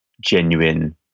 genuine